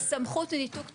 סמכות לניתוק תשתיות,